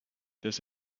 this